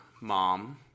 mom